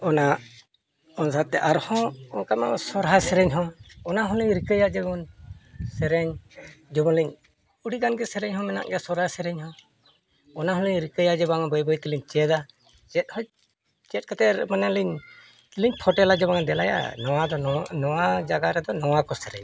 ᱚᱱᱟ ᱚᱱᱟ ᱥᱟᱶᱛᱮ ᱟᱨ ᱦᱚᱸ ᱚᱱᱠᱟᱢᱟ ᱥᱚᱨᱦᱟᱭ ᱥᱮᱨᱮᱧ ᱦᱚᱸ ᱚᱱᱟ ᱦᱚᱸ ᱞᱤᱧ ᱨᱤᱠᱟᱹᱭᱟ ᱡᱮᱢᱚᱱ ᱥᱮᱨᱮᱧ ᱡᱮᱢᱚᱱ ᱞᱤᱧ ᱟᱹᱰᱤ ᱜᱟᱱ ᱜᱮ ᱥᱮᱨᱮᱧ ᱦᱚᱸ ᱢᱮᱱᱟᱜ ᱜᱮᱭᱟ ᱥᱚᱨᱦᱟᱭ ᱥᱮᱨᱮᱧ ᱦᱚᱸ ᱚᱱᱟ ᱦᱚᱸ ᱞᱤᱧ ᱨᱤᱠᱟᱹᱭᱟ ᱵᱟᱝ ᱵᱟᱹᱭ ᱵᱟᱹᱭ ᱛᱮᱞᱤᱧ ᱪᱮᱫᱟ ᱪᱮᱫ ᱦᱚᱸ ᱪᱮᱫ ᱠᱟᱛᱮᱫ ᱢᱟᱱᱮ ᱞᱤᱧ ᱞᱤᱧ ᱯᱷᱳᱴᱮᱞᱟ ᱡᱮ ᱵᱟᱝ ᱫᱮᱞᱟᱭᱟ ᱱᱚᱣᱟ ᱫᱚ ᱱᱚᱣᱟ ᱡᱟᱭᱜᱟ ᱨᱮᱫᱚ ᱱᱚᱣᱟ ᱠᱚ ᱥᱮᱨᱮᱧᱟ